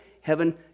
Heaven